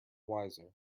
wiser